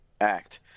act